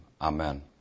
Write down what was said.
Amen